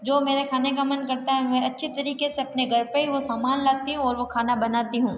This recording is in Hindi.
जो मेरे खाने का मन करता है वह अच्छे तरीके से अपने घर पर ही वो सामान लाती हूँ और वो खाना बनाती हूँ